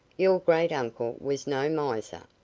your great uncle was no miser.